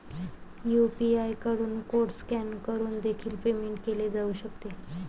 UPI कडून code scan करून देखील पेमेंट केले जाऊ शकते